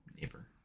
Neighbor